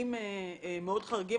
הפסדים מאוד חריגים.